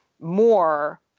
more